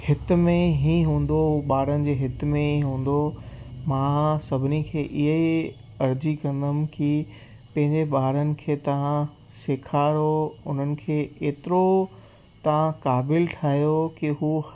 हित में ई हूंदो ॿारनि जे हित में ई हूंदो मां सभिनी खे इहा ई अर्ज़ी कंदुमि की पंहिंजे ॿारनि खे तव्हां सेखारो उन्हनि खे एतिरो तव्हां काबिल ठाहियो की उहे